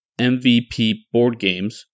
mvpboardgames